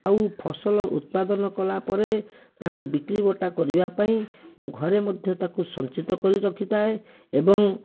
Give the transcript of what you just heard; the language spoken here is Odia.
ଆଉ ଫସଲ ଉତ୍ପାଦନ କଲାପରେ ତାକୁ ବିକ୍ରିବଟା କରିବା ପାଇଁ ମୁଁ ଘରେ ମଧ୍ୟ ତାକୁ ସଞ୍ଚିତ କରି ରଖିଥାଏ ଏବଂ